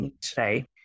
today